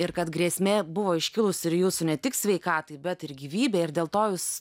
ir kad grėsmė buvo iškilusi ir jūsų ne tik sveikatai bet ir gyvybei ir dėl to jūs